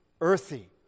earthy